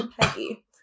Peggy